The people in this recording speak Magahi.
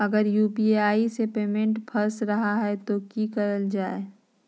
अगर यू.पी.आई से पेमेंट फस रखा जाए तो की करल जाए?